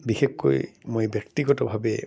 বিশেষকৈ মই ব্যক্তিগতভাৱে